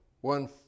one